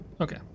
Okay